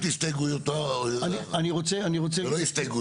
זאת לא הסתייגות.